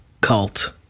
cult-